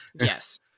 Yes